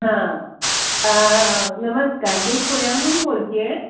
हां नमस्कार मी पुण्याहून बोलते आहे